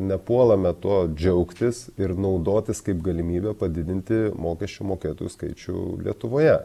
nepuolame tuo džiaugtis ir naudotis kaip galimybe padidinti mokesčių mokėtojų skaičių lietuvoje